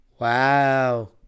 Wow